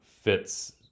fits